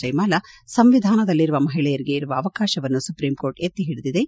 ಜಯಮಾಲ ಸಂವಿಧಾನದಲ್ಲಿರುವ ಮಹಿಳೆಯರಿಗೆ ಇರುವ ಅವಕಾಶವನ್ನು ಸುಪ್ರೀಂಕೋರ್ಟ್ ಎತ್ತಿ ಹಿಡಿದಿದೆ